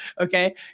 okay